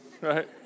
right